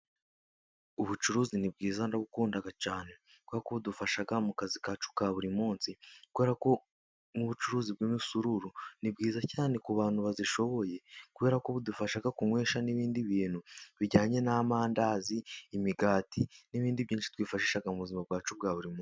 Ubucuruzi ni bwiza ndabukunda cyane kuko budufasha mu kazi kacu ka buri munsi, kubera nk'ubucuruzi bw'imisururu ni bwiza cyane ku bantu bayishoboye kubera ko budufasha kunywesha n'ibindi bintu bijyanye na amandazi, imigati n'ibindi byinshi twifashisha mu buzima bwacu bwa buri munsi.